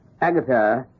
Agatha